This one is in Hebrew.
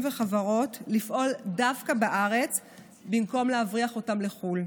וחברות לפעול דווקא בארץ במקום להבריח אותם לחו"ל.